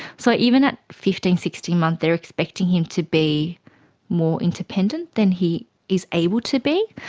so even at fifteen, sixteen months they're expecting him to be more independent than he is able to be.